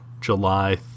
July